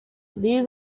these